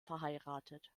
verheiratet